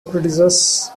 produces